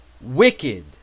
wicked